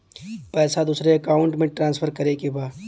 पैसा दूसरे अकाउंट में ट्रांसफर करें के बा?